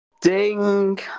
Ding